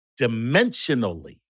dimensionally